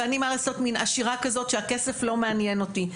ואני מה לעשות מין עשירה כזאת שהכסף לא מעניין אותי,